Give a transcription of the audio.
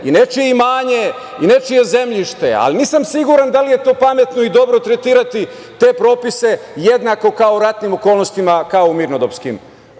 i nečije imanje i nečije zemljište, ali nisam siguran da li je to pametno i dobro tretirati te propise jednako, kao u ratnim okolnostima, kao u mirnodopskim